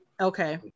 Okay